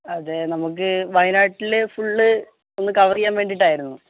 അതെ നമുക്ക് വയനാട്ടിൽ ഫുള്ള് ഒന്ന് കവറ് ചെയ്യാൻ വേണ്ടിയിട്ടായിരുന്നു